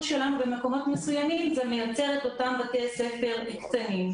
שלנו במקומות מסוימים זה מייצר את אותם בתי ספר קטנים.